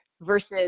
versus